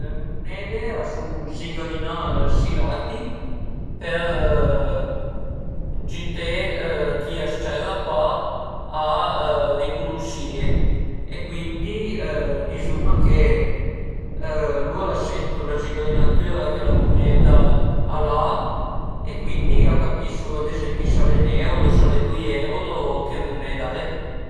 Le munede a sun zigrinà si lati per giüté chi a s-ciaira pa a ricunusìe e cuindi dizuma che lur a sentu la zigrinatüra che la muneda al a e cuindi a capisu ad ezempi s'al e ün euro, dui euro, che muneda al e